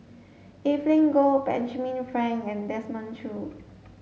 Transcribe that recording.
Evelyn Goh Benjamin Frank and Desmond Choo